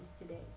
today